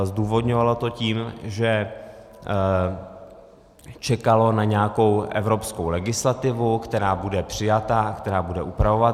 Zdůvodňovalo to tím, že čekalo na nějakou evropskou legislativu, která bude přijata, která bude upravovat whistleblowing.